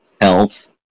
health